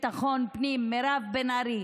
ביטחון הפנים מירב בן ארי,